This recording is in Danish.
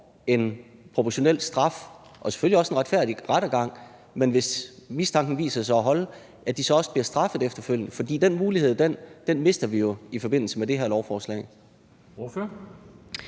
en proportionel straf og selvfølgelig også en retfærdig rettergang, men hvis mistanken viser sig at holde, at de så også bliver straffet efterfølgende? For den mulighed mister vi jo i forbindelse med det her lovforslag.